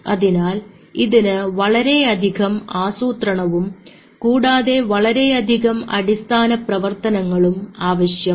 അതിനാൽ ഇതിന് വളരെയധികം ആസൂത്രണവും കൂടാതെ വളരെയധികം അടിസ്ഥാന പ്രവർത്തനങ്ങളും ആവശ്യമാണ്